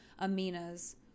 Amina's